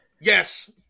Yes